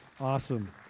awesome